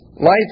Life